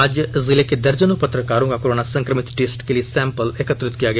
आज जिले को दर्जनों पत्रकारों का कोरोना संक्रमित टेस्ट के लिए सैंपल एकत्रित किया गया